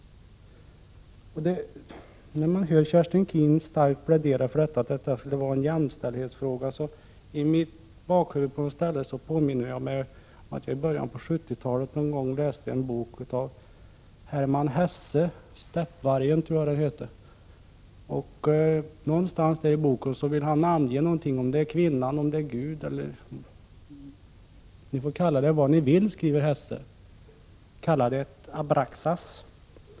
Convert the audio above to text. När jag hörde Kerstin Keen starkt plädera för detta och att det skulle vara en jämlikhetsfråga, dök det i mitt bakhuvud upp en minnesbild av en bok som jag läste i början på 70-talet. Den är skriven av Hermann Hesse och heter Stäppvargen. Någonstans i boken vill han namnge någonting — kvinnan eller Gud. Ja, ni får kalla det vad ni vill, skriver Hesse, kalla det abraxas.